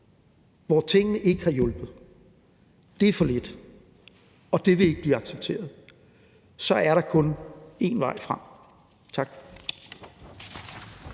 hvor tingene ikke har hjulpet, er for lidt, og det vil ikke blive accepteret, og så er der kun én vej frem. Tak.